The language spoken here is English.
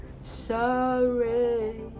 Sorry